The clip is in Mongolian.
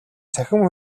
цахим